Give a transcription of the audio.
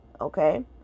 okay